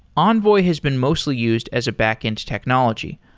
envoy has been mostly used as a backend technology,